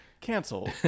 cancel